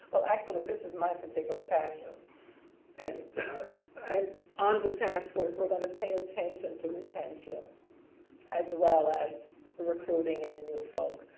well actually this is my particular passion and um on the taskforce, we're going to pay attention to retention as well as recruiting in few folk.